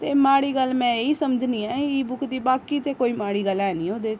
ते माड़ी गल्ल मैं इ'यै समझनी ई बुक दी बाकी ते कोई माड़ी गल्ल ऐ नेईं ऐ ओह्दे च